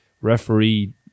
Referee